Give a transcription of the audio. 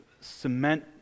cement